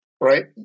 right